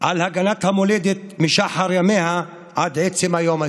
על הגנת המולדת, משחר ימיה ועד עצם היום הזה.